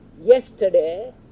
yesterday